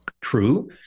true